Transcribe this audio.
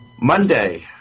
Monday